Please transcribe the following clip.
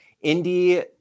Indy